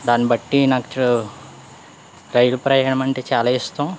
దాన్నిబట్టి నాకు రైలు ప్రయాణం అంటే చాలా ఇష్టం